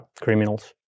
criminals